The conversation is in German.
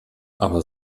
aber